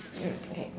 mm okay